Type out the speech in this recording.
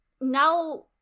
now